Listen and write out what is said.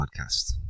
podcast